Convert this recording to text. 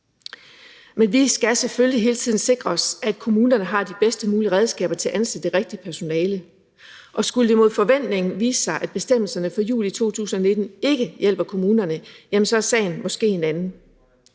Men vi skal selvfølgelig hele tiden sikre os, at kommunerne har de bedst mulige redskaber til at ansætte det rigtige personale. Og skulle det mod forventning vise sig, at bestemmelserne fra juli 2019 ikke hjælper kommunerne, jamen så er sagen måske en anden.